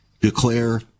declare